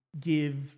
give